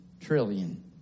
trillion